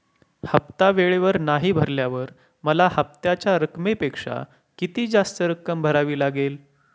हफ्ता वेळेवर नाही भरल्यावर मला हप्त्याच्या रकमेपेक्षा किती जास्त रक्कम भरावी लागेल?